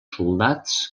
soldats